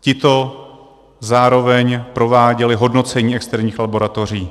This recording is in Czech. Tito zároveň prováděli hodnocení externích laboratoří.